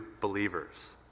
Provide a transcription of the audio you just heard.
believers